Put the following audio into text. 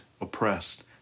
oppressed